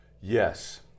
Yes